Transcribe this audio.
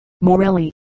Morelli